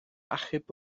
achub